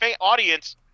audience